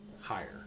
higher